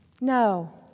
no